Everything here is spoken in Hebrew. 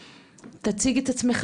תציג את עצמך,